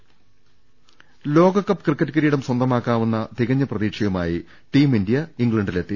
രദ്ദേഷ്ടങ ലോകകപ്പ് ക്രിക്കറ്റ് കിരീടം സ്വന്തമാക്കാമെന്ന തികഞ്ഞ പ്രതീക്ഷയു മായി ടീം ഇന്ത്യ ഇംഗ്ലണ്ടിലെത്തി